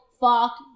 fuck